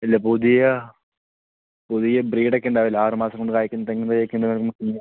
ഇല്ല പുതിയ പുതിയ ബ്രീഡ് ഒക്കെ ഉണ്ടാവില്ലെ ആറ് മാസം കൊണ്ട് കായ്ക്കുന്ന തെങ്ങ് തൈ ഒക്കെ ഉണ്ടാവുന്ന തെങ്ങ്